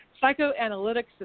Psychoanalytic